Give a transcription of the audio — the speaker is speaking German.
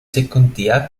sekundär